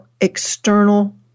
external